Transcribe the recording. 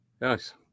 Nice